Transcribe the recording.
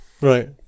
Right